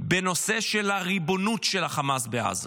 בנושא של הריבונות של החמאס בעזה.